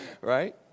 Right